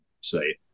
say